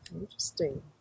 Interesting